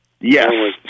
Yes